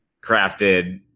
crafted